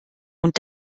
und